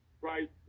right